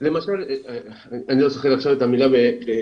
אני לא זוכר עכשיו את המילה בעברית,